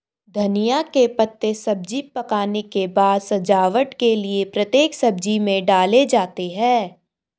धनिया के पत्ते सब्जी पकने के बाद सजावट के लिए प्रत्येक सब्जी में डाले जाते हैं